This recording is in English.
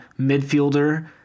midfielder